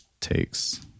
takes